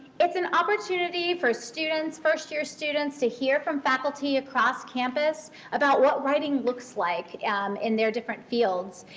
it's an opportunity for students, first-year students to hear from faculty across campus about what writing looks like in their different fields.